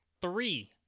three